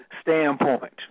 standpoint